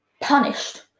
punished